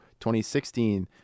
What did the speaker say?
2016 –